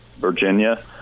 virginia